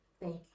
Thank